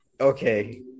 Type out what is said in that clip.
Okay